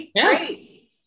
great